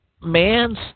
man's